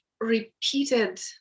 repeated